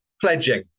pledging